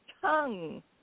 tongue